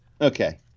Okay